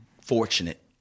fortunate